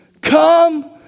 Come